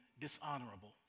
dishonorable